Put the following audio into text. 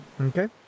Okay